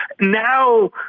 now